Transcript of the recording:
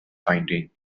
finding